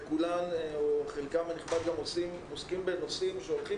וחלקן הנכבד עוסקות בנושאים שהולכים